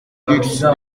luxe